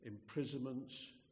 imprisonments